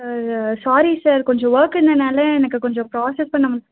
sir ஆ sorry sir கொஞ்சம் work இருந்ததுனால் எனக்கு கொஞ்சம் ப்ராசஸ் பண்ண